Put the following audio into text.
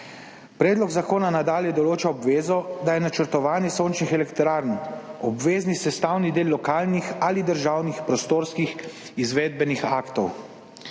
Predlog zakona nadalje določa obvezo, da je načrtovanje sončnih elektrarn obvezni sestavni del lokalnih ali državnih prostorskih izvedbenih aktov.